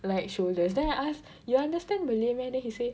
like shoulders then I ask you understand malay meh then he said